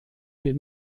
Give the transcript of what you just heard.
den